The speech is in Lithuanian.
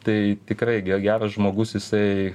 tai tikrai geras žmogus jisai